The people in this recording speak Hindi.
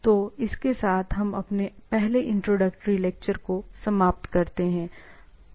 तो इस के साथ हम अपने पहले इंट्रोडक्टरी लेक्चर को समाप्त करते हैं